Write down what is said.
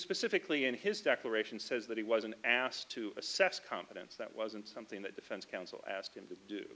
specifically in his declaration says that he wasn't asked to assess competence that wasn't something that defense counsel asked him to do